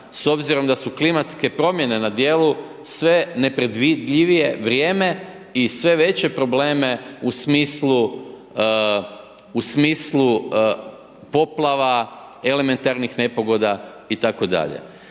s obzirom da su klimatske promjene na djelu, sve nepredvidljivije vrijeme i sve veće probleme u smislu poplava, elementarnih nepogoda itd.